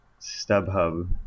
StubHub